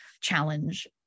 challenge